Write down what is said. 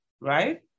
right